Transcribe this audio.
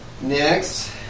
Next